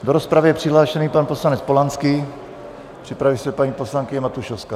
Do rozpravy je přihlášený pan poslanec Polanský, připraví se paní poslankyně Matušovská.